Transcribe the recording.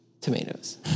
Tomatoes